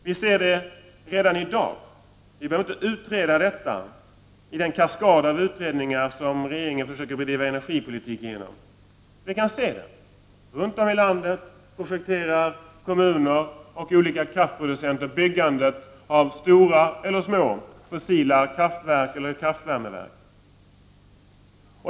Vi behöver således inte utreda den saken — det finns ju redan en kaskad av utredningar genom vilka regeringen försöker bedriva energipolitiken. Den ena konsekvensen vi kan se är hur kommuner och olika kraftproducenter runt om i landet projekterar byggandet av stora eller fossila kraftverk eller kraftvärmeverk.